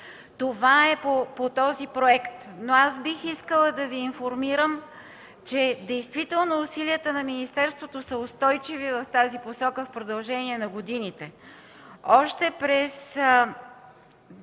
Това е по този проект. Но аз бих искала да Ви информирам, че действително усилията на министерството са устойчиви в тази посока в продължение на години. Още в